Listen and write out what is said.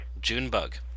Junebug